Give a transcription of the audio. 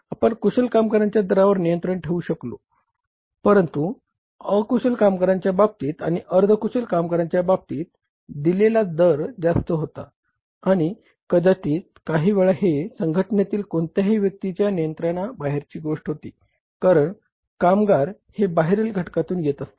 आपण कुशल कामगारांच्या दरावर नियंत्रण ठेवू शकलो आहोत परंतु अकुशल कामगारांच्या बाबतीत आणि अर्ध कुशल कामगारांच्या बाबतीत दिलेला दर जास्त होता आणि कदाचित काही वेळा हे संघटनेतील कोणत्याही व्यक्तीच्या नियंत्रणाबाहेरची गोष्ट होती कारण कामगार हे बाहेरील घटकातून येत असतात